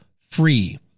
free